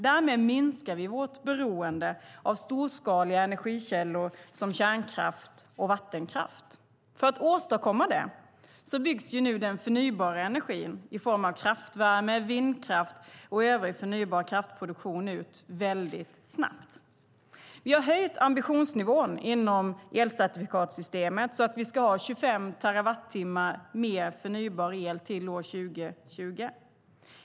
Därmed minskar vi vårt beroende av storskaliga energikällor som kärnkraft och vattenkraft. För att åstadkomma det byggs nu den förnybara energin i form av kraftvärme, vindkraft och övrig förnybar kraftproduktion ut väldigt snabbt. Vi har höjt ambitionsnivån inom elcertifikatssystemet så att vi ska ha 25 terawattimmar mer förnybar el till år 2020.